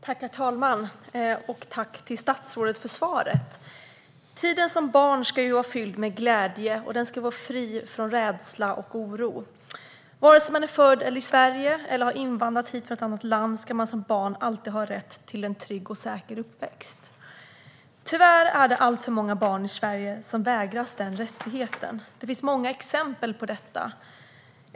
Herr talman! Jag tackar statsrådet för svaret. Tiden som barn ska vara fylld med glädje. Den ska vara fri från rädsla och oro. Vare sig man är född i Sverige eller har invandrat hit från ett annat land ska man som barn alltid ha rätt till en trygg och säker uppväxt. Tyvärr är det alltför många barn i Sverige som vägras den rättigheten. Det finns många exempel på detta.